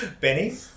Benny